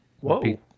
Whoa